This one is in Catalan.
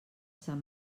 sant